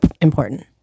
important